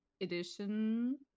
edition